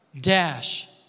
dash